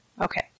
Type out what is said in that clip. Okay